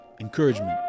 encouragement